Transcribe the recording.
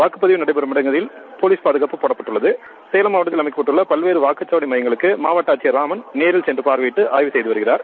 வாக்குப்பதிவு நடைபெறும் இடங்களில் போலீஸ் பாதுகாப்பு போடப்டட்டுள்ளது சேலம் மாவட்டத்தில் அமைக்கப்பட்டுள்ள பல்வேறு வாக்குச்சாவடி மாவட்டங்களுக்கு மாவட்ட ஆட்சியர் நேரில் சென்று ஆய்வு செய்து வருகிறார்